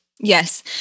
Yes